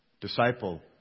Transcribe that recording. disciple